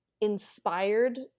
inspired